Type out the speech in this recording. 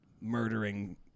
murdering